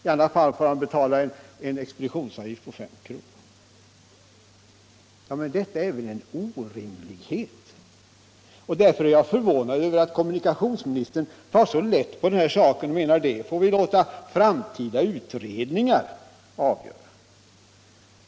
I annat fall får han betala en expeditionsavgift på 5 kr. Men detta är väl en orimlighet! Därför är jag förvånad över att kommunikationsministern tar så lätt på saken och menar att detta får vi låta framtida utredningar avgöra.